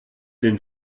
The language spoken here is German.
den